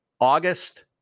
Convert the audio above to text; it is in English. August